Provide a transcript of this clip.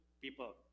people